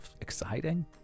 exciting